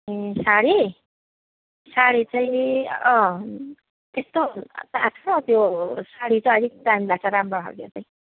ए साडी साडी चाहिँ त्यस्तो त आएको छ त्यो साडी चाहिँ अलिक टाइम लाग्छ राम्रो खाले चाहिँ